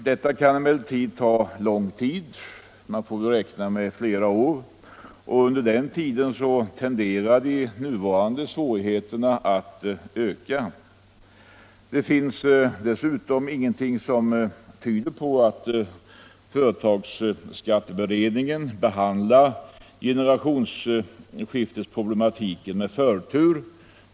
Detta kan emellertid ta lång tid — man får väl räkna med flera år — och under den tiden kommer de nuvarande svårigheterna att tendera att öka. Det är inget som tyder på att företagsskatteberedningen behandlar generationsskiftesproblematiken med förtur.